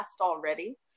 already